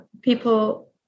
people